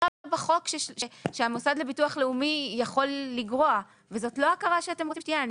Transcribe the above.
בחוק שהמוסד לביטוח לאומי יכול לגרוע וזאת לא הכרה שאתם רוצים שתהיה.